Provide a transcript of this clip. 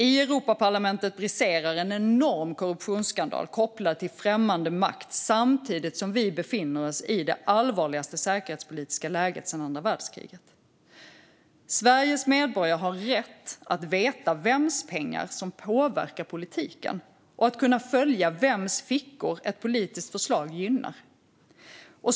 I Europaparlamentet briserar en enorm korruptionsskandal kopplad till främmande makt samtidigt som vi befinner oss i det allvarligaste säkerhetspolitiska läget sedan andra världskriget. Sveriges medborgare har rätt att veta vems pengar som påverkar politiken och att kunna följa vems fickor ett politiskt förslag gynnar.